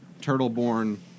turtle-born